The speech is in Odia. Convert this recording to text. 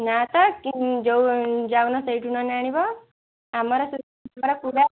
ନା ତ ଯେଉଁ ଯାଉନ ସେଇଠୁ ନହେନେ ଆଣିବ ଆମର ପୁରା ପୁରା